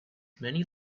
many